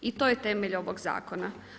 I to je temelj ovog zakona.